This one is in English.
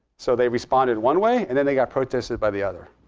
so they responded one way, and then they got protested by the other.